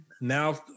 Now